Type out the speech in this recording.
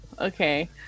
Okay